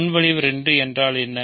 முன்மொழிவு 2 என்றால் என்ன